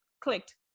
clicked